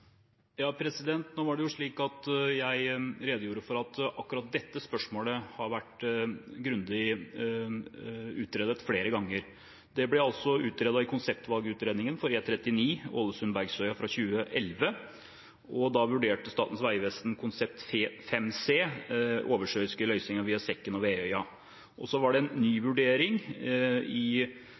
det slik at jeg redegjorde for at akkurat dette spørsmålet har vært grundig utredet flere ganger. Det ble altså gjort i konseptvalgutredningen for E39 Ålesund–Bergsøya fra 2011. Da vurderte Statens vegvesen konsept 5C, oversjøisk løsning via Sekken og Veøya. Så var det en ny vurdering i